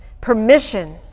permission